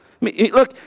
Look